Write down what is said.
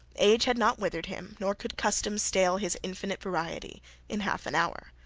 age had not withered him, nor could custom stale his infinite variety in half an hour.